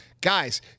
Guys